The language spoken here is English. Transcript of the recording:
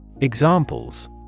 Examples